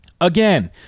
Again